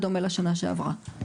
בדומה לשנה שעברה.